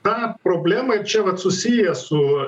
tą problemą ir čia vat susiję su